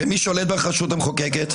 ומי שולט ברשות המחוקקת?